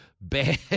bad